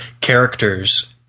characters